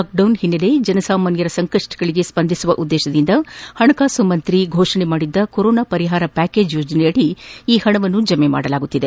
lockdown ಏನ್ನೆಲೆಯಲ್ಲಿ ಜನಸಮಾನ್ನರ ಸಂಕಪ್ಪಗಳಿಗೆ ಸ್ಪಂದಿಸುವ ಉದ್ದೇಶದಿಂದ ಪಣಕಾಸು ಸಚಿವರು ಫೋಷಣೆ ಮಾಡಿದ ಕೊರೊನಾ ಪರಿಹಾರ ಪ್ರಾಕೇಜ್ ಯೋಜನೆಯಡಿ ಈ ಹಣವನ್ನು ಜಮೆ ಮಾಡಲಾಗುತ್ತಿದೆ